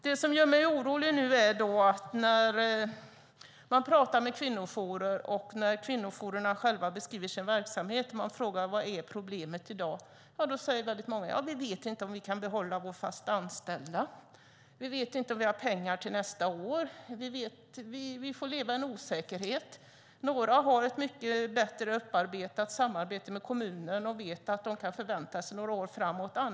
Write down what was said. Det som gör mig orolig är att när jag talar med kvinnojourer och frågar vad som är problemet säger många: Vi vet inte om vi kan behålla vår fast anställda. Vi vet inte om vi har pengar till nästa år. Vi får leva med en osäkerhet. Några har ett väl upparbetat samarbete med kommunen och vet att de kan förvänta sig stöd några år framåt.